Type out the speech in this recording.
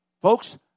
Folks